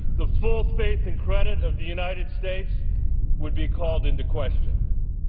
the full faith and credit of the united states would be called into question.